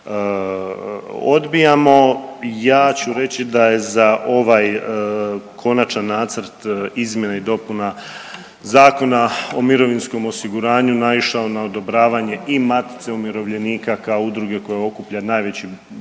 odbijamo. Ja ću reći da je za ovaj Konačan nacrt izmjena i dopuna Zakona o mirovinskom osiguranju naišao na odobravanje i Matice umirovljenika kao udruge koja okuplja najveći dio